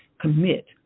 commit